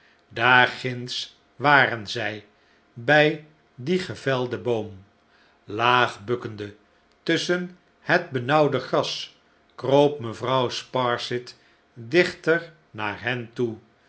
ginds waren zij bij dien gevelden boom laag bukkende tusschen het bedauwde gras kroop mevrouw sparsit dichter naar hen toe